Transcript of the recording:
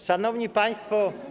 Szanowni Państwo!